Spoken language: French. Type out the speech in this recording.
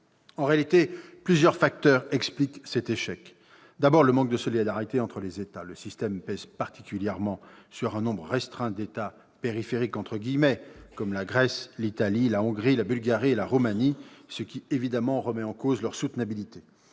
En réalité, plusieurs facteurs expliquent cet échec. Tout d'abord, je pense au manque de solidarité entre les États : le système pèse particulièrement sur un nombre restreint d'États « périphériques » comme la Grèce, l'Italie, la Hongrie, la Bulgarie et la Roumanie, ce qui remet évidemment en cause sa soutenabilité.